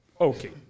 okay